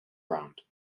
round